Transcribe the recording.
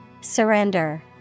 Surrender